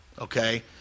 okay